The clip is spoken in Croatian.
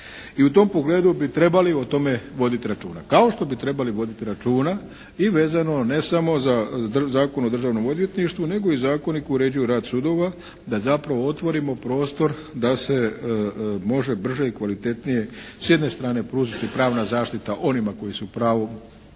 I u tom pogledu bi trebali o tome voditi računa, kao što bi trebali voditi računa i vezano ne samo za Zakon o državnom odvjetništvu nego i zakoni koji uređuju rad sudova da zapravo otvorimo prostor da se može brže i kvalitetnije s jedne strane pružiti pravna zaštita onima čije je pravo